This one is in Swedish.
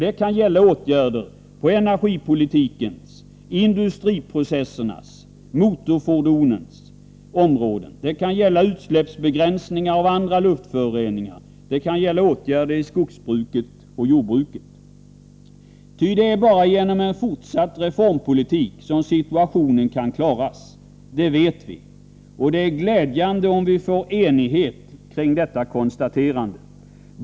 Det kan gälla åtgärder på energipolitikens, industriprocessernas och motorfordonens område. Det kan gälla utsläppsbegränsningar av andra luftföroreningar, och det kan gälla åtgärder i skogsbruket och jordbruket. Det är bara genom en fortsatt reformpolitik som situationen kan klaras. Det vet vi. Det är glädjande om vi får enighet kring detta konstaterande.